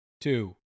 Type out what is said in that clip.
two